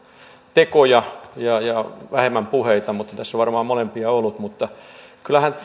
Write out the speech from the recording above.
tekoja ja vähemmän puheita mutta tässä on varmaan molempia ollut kyllähän